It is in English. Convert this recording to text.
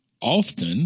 often